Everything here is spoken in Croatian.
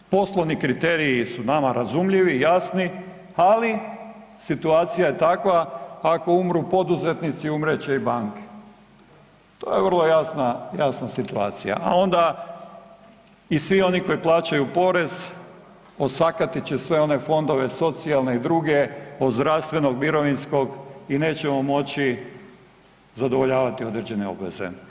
Poslovni kriteriji su nama razumljivi, jasni, ali situacija je takva ako umru poduzetnici umrijet će i banke, to je vrlo jasna situacija, a onda i svi oni koji plaćaju porez osakatit će sve one fondove socijalne i druge, od zdravstvenog, mirovinskog i nećemo moći zadovoljavati određene obveze.